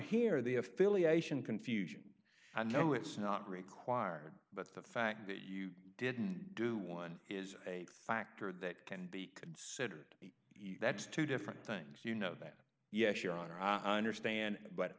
hear the affiliation confusion i know it's not required but the fact that you didn't do one is a factor that can be considered that's two different things you know that yes your honor i understand but